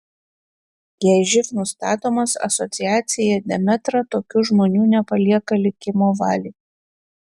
jei živ nustatomas asociacija demetra tokių žmonių nepalieka likimo valiai